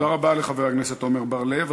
תודה רבה לחבר הכנסת עמר בר-לב.